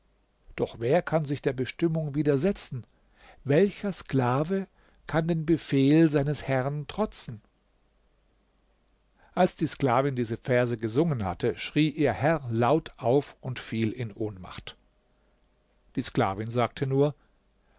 doch wer kann sich der bestimmung widersetzen welcher sklave kann den befehl seines herrn trotzen als die sklavin diese verse gesungen hatte schrie ihr herr laut auf und fiel in ohnmacht die sklavin sagte nur